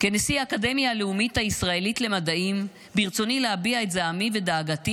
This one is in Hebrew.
כנשיא האקדמיה הלאומית הישראלית למדעים ברצוני להביע את זעמי ודאגתי